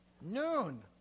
Noon